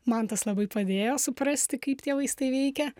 man tas labai padėjo suprasti kaip tie vaistai veikia